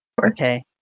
Okay